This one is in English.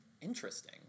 Interesting